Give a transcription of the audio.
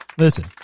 Listen